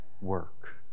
work